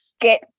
get